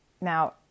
Now